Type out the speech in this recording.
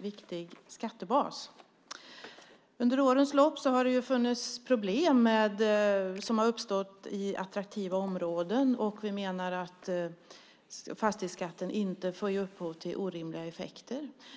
viktig skattebas. Under årens lopp har det uppstått problem i attraktiva områden. Vi menar att fastighetsskatten inte får ge upphov till orimliga effekter.